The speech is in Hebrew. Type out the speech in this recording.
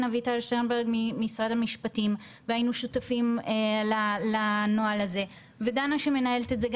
אביטל ממשרד המשפטים והיינו שותפים לנוהל הזה ודנה שמנהלת את זה,